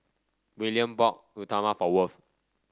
Willian bought Uthapam for Worth